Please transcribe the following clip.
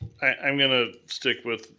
i'm gonna stick with,